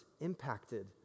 Impacted